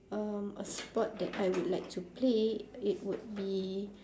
um a sport that I would like to play it would be